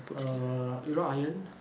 err rod iron